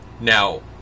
Now